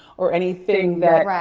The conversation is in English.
or anything that,